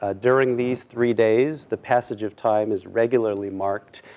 ah during these three days, the passage of time is regularly marked,